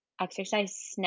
exercise